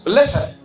listen